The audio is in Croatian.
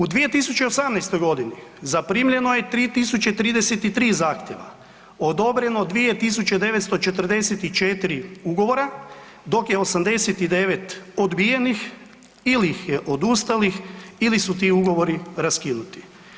U 2018. g. zaprimljeno je 3033 zahtjeva, odobreno 2944 ugovora, dok je 89 odbijenih ili ih je odustalih ili su ti ugovori raskinuti.